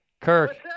Kirk